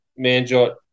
Manjot